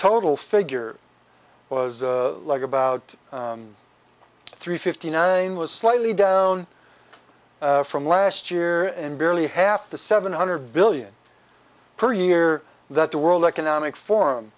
total figure was about three fifty nine was slightly down from last year and barely half the seven hundred billion per year that the world economic forum